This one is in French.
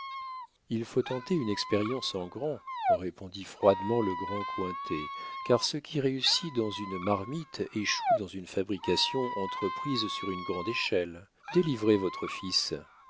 il faut tenter une expérience en grand répondit froidement le grand cointet car ce qui réussit dans une marmite échoue dans une fabrication entreprise sur une grande échelle délivrez votre fils